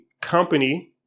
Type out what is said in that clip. company